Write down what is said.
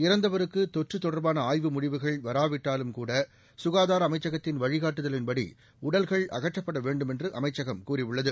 இறந்தவருக்கு தொற்று தொடர்பான ஆய்வு முடிவுகள் வராவிட்டாலும் சுட சுகாதார அமைச்சகத்தின வழிகாட்டுதலின் படி உடல்கள் அகற்றப்பட் வேண்டும் என்று அமைச்சகம் கூறியுள்ளது